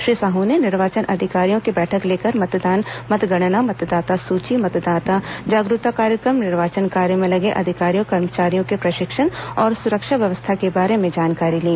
श्री साह ने निर्वाचन अधिकारियों की बैठक लेकर मतदान मतगणना मतदाता सूची मतदाता जागरूकता कार्यक्रम निर्वाचन कार्य में लगे अधिकारियों कर्मचारियों के प्रशिक्षण और सुरक्षा व्यवस्था के बारे में जानकारी ली